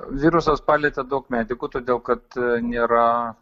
virusas palietė daug medikų todėl kad nėra